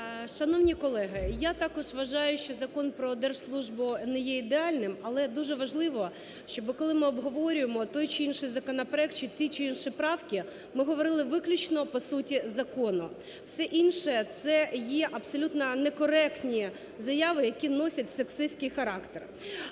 Шановні колеги, я також вважаю, що Закон про держслужбу не є ідеальним, але дуже важливо, що коли ми обговорюємо той чи інший законопроект чи ті, чи інші правки, ми говорили виключно по суті закону, все інше це є абсолютно некоректні заяви, які носять сексистський характер.